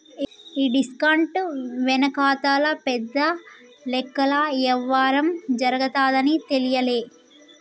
ఈ డిస్కౌంట్ వెనకాతల పెద్ద లెక్కల యవ్వారం జరగతాదని తెలియలా